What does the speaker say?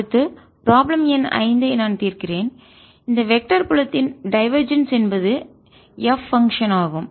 E2r220EE1E2ρr1r220a20 அடுத்து ப்ராப்ளம் எண் 5 ஐ நான் தீர்க்கிறேன் இந்த வெக்டர் புலத்தின் டைவர்ஜன்ஸ் என்பது f பங்க்ஷன் ஆகும்